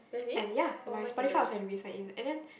and ya my Spotify also have to resign in and then